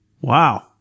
Wow